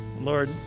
Lord